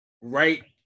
right